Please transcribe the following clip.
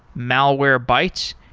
malwarebytes,